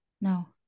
no